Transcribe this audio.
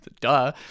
duh